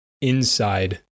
inside